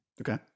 okay